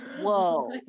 whoa